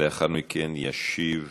לאחר מכן ישיב